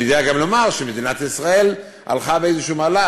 אני יודע גם לומר שמדינת ישראל הלכה באיזה מהלך,